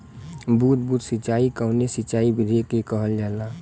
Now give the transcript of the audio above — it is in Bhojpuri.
बूंद बूंद सिंचाई कवने सिंचाई विधि के कहल जाला?